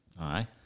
Aye